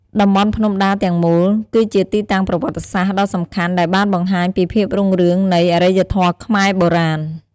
តំបន់ភ្នំដាទាំងមូល គឺជាទីតាំងប្រវត្តិសាស្ត្រដ៏សំខាន់ដែលបានបង្ហាញពីភាពរុងរឿងនៃអរិយធម៌ខ្មែរបុរាណ។